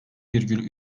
virgül